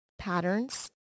patterns